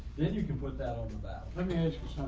then you can put that on the bat.